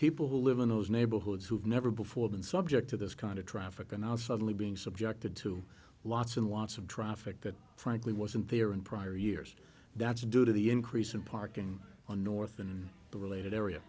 people who live in those neighborhoods who have never before been subject to this kind of traffic and i was suddenly being subjected to lots and lots of traffic that frankly wasn't there in prior years that's due to the increase in parking on north and the related area